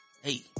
Hey